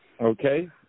Okay